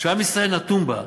שעם ישראל נתון בה,